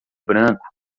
branco